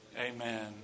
Amen